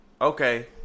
Okay